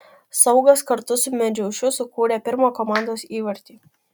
saugas kartu su medžiaušiu sukūrė pirmą komandos įvartį